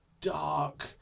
dark